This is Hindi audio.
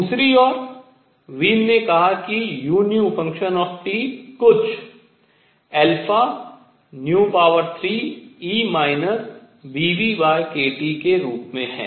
दूसरी ओर वीन ने कहा कि u कुछ 3e βνkT के रूप में है